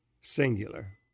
singular